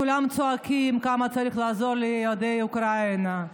כולם צועקים כמה צריך לעזור ליהודי אוקראינה,